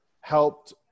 helped